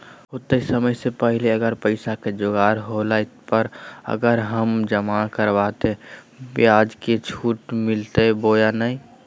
होतय समय से पहले अगर पैसा के जोगाड़ होला पर, अगर हम जमा करबय तो, ब्याज मे छुट मिलते बोया नय?